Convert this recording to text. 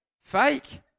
Fake